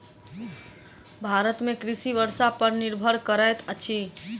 भारत में कृषि वर्षा पर निर्भर करैत अछि